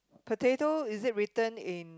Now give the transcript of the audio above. potato is it written in